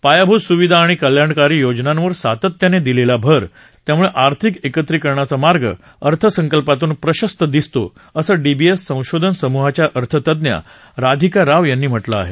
पायाभूत सुविधा आणि कल्याणकारी योजनांवर सातत्यानं दिलेला भर त्यामुळे आर्थिक एकत्रिकरणाचा मार्ग अर्थसंकल्पातून प्रशस्त दिसतो असं डीबीएस संशोधन समूहाच्या अर्थतज्ञ राधिका राव म्हटलं आहे